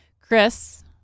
Chris